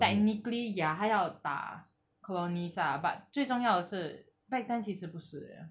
technically ya 他要打 colonies lah but 最重要的是 back then 其实不是 leh